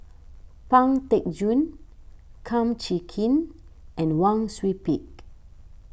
Pang Teck Joon Kum Chee Kin and Wang Sui Pick